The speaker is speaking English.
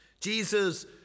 Jesus